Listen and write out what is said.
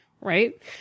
right